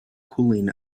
cooling